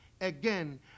again